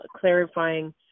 clarifying